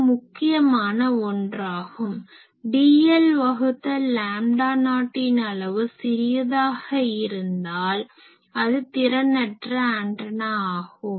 இது முக்கியமான ஒன்றாகும் dl வகுத்தல் லாம்டா நாட்டின் அளவு சிறியதாக இருந்தால் அது திறனற்ற ஆன்டனா ஆகும்